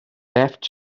left